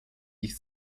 ich